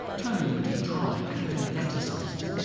turning them into dry academic exercises,